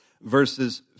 Verses